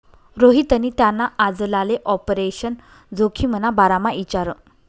रोहितनी त्याना आजलाले आपरेशन जोखिमना बारामा इचारं